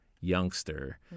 youngster